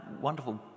wonderful